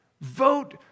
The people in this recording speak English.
vote